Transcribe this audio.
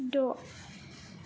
द'